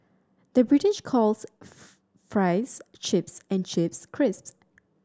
the British calls fries chips and chips crisps